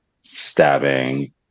stabbing